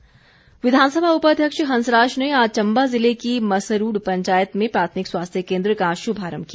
हंसराज विधानसभा उपाध्यक्ष हंसराज ने आज चम्बा ज़िले की मसरूड पंचायत में प्राथमिक स्वास्थ्य केन्द्र का श्भारम्भ किया